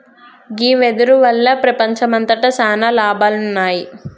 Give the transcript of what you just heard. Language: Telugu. గీ వెదురు వల్ల ప్రపంచంమంతట సాన లాభాలున్నాయి